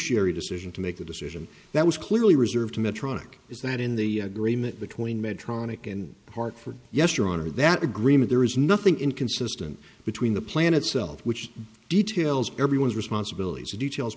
fiduciary decision to make a decision that was clearly reserved to medtronic is that in the agreement between medtronic and hartford yes your honor that agreement there is nothing inconsistent between the plan itself which details everyone's responsibilities details